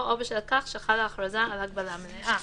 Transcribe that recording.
"או בשל כך שחלה הכרזה על הגבלה מלאה".